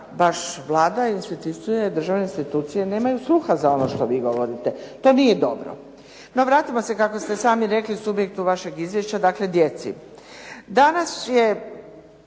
baš Vlada i državne institucije nemaju sluha za ovo što vi govorite. To nije dobro. No vratimo se kako ste sami rekli subjektu vašeg izvješća dakle djeci. Danas je